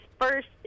first